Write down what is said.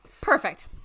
Perfect